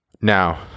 Now